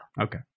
Okay